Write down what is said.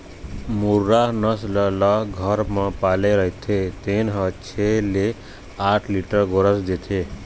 मुर्रा नसल ल घर म पाले रहिथे तेन ह छै ले आठ लीटर गोरस देथे